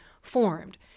formed